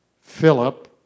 Philip